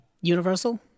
Universal